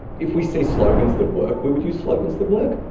if we see slogans that work, we would use slogans that work.